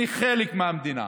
אני חלק מהמדינה.